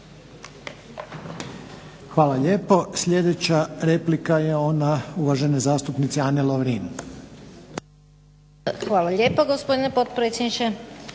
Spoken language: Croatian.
Hvala lijepo. Sljedeća replika je ona uvažene zastupnice Ane Lovrin. **Lovrin, Ana (HDZ)** Hvala lijepo gospodine potpredsjedniče.